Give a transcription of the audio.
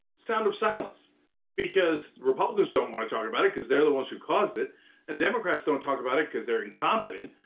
sound of silence because republicans don't wanna talk about it because they're the ones who caused it. and the democrats don't talk about it cuz they're incompetent,